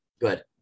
Good